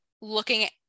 looking